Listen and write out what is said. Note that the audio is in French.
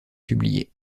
publiée